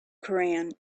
koran